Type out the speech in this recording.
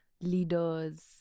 leaders